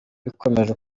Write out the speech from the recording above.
bikomeje